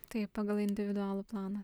taip pagal individualų planą